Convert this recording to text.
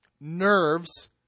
Nerves